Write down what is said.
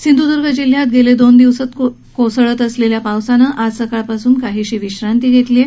सिंधूदुर्ग जिल्ह्यात गेले दोन दिवस कोसळत असलेल्या पावसानं आज सकाळपासून विश्रांती घेतली आहे